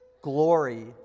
glory